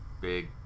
big